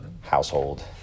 household